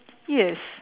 yes